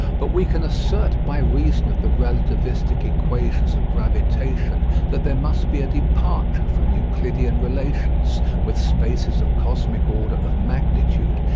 but we can assert by reason of the relativistic equations of gravitation that there must be a departure from euclidean relations, with spaces of cosmic order of magnitude,